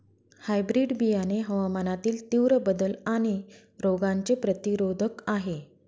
hybrid बियाणे हवामानातील तीव्र बदल आणि रोगांचे प्रतिरोधक आहे